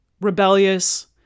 rebellious